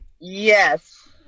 Yes